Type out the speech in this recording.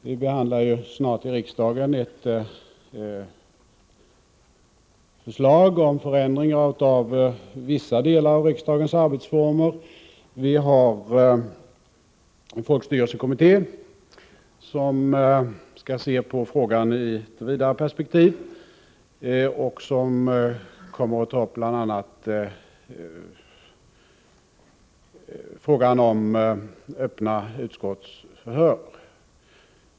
Vi skall i riksdagen snart behandla ett förslag om förändringar av vissa delar av riksdagens arbetsformer. Folkstyrelsekommittén har i uppdrag att se på frågan i ett vidare perspektiv och kommer bl.a. att ta upp förslaget om öppna utskottsförhör.